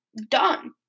done